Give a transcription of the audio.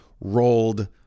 rolled